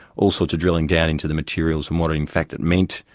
all sorts of drilling down into the materials and what in fact it meant,